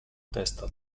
testa